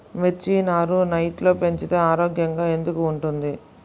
మిర్చి నారు నెట్లో పెంచితే ఆరోగ్యంగా ఎందుకు ఉంటుంది?